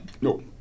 No